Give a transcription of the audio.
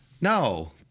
No